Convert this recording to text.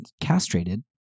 castrated